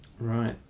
right